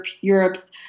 Europe's